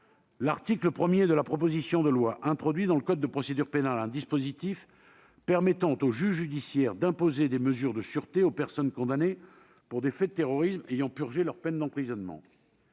L'article 1 de la proposition de loi introduit dans le code de procédure pénale un dispositif permettant au juge judiciaire d'imposer des mesures de sûreté aux personnes condamnées pour des faits de terrorisme ayant purgé leur peine d'emprisonnement.